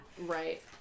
Right